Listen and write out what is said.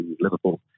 Liverpool